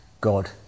God